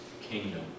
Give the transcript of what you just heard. kingdom